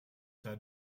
had